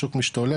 השוק משתולל,